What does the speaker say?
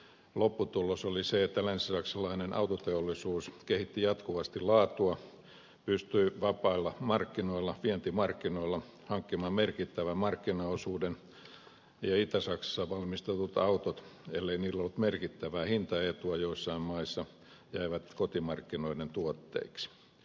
lopputulos oli se että länsisaksalainen autoteollisuus kehitti jatkuvasti laatua pystyi vapailla markkinoilla vientimarkkinoilla hankkimaan merkittävän markkinaosuuden ja itä saksassa valmistetut autot ellei niillä ollut merkittävää hintaetua joissain maissa jäivät kotimarkkinoiden tuotteiksi